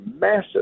massive